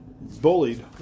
bullied